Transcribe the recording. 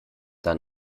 dann